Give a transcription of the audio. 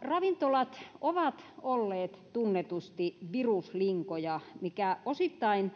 ravintolat ovat olleet tunnetusti viruslinkoja mikä osittain